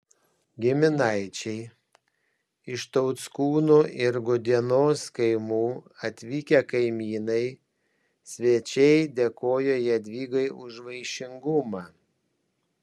giminaičiai iš tauckūnų ir gudienos kaimų atvykę kaimynai svečiai dėkojo jadvygai už vaišingumą